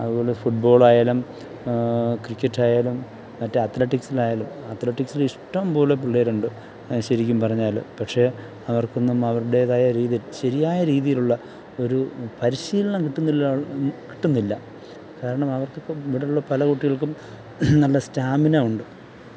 അതു പോലെ ഫുട് ബോളായാലും ക്രിക്കറ്റ് ആയാലും മറ്റ് അത്ലറ്റിക്സിൽ ആയാലും അത്ലറ്റിക്സിൽ ഇഷ്ടം പോലെ പിള്ളേരുണ്ട് ശരിക്കും പറഞ്ഞാൽ പക്ഷേ അവർക്കൊന്നും അവരുടേതായ രീതിയിൽ ശരിയായ രീതിയിലുള്ള ഒരു പരിശീലനം കിട്ടുന്നില്ല കിട്ടുന്നില്ല കാരണം അവർക്കൊക്കെ ഇവിടെയുള്ള പല കുട്ടികൾക്കും നല്ല സ്റ്റാമിന ഉണ്ട്